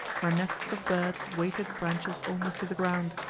where nests of birds weighted branches almost to the ground,